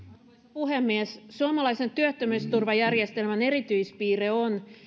puhemies suomalaisen työttömyysturvajärjestelmän erityispiirre on